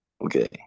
Okay